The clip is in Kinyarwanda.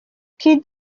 kid